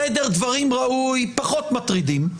סדר דברים ראוי, פחות מטרידים.